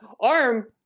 arm